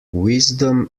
wisdom